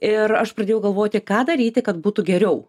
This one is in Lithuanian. ir aš pradėjau galvoti ką daryti kad būtų geriau